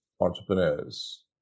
entrepreneurs